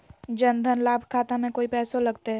जन धन लाभ खाता में कोइ पैसों लगते?